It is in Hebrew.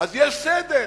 אז יש סדר.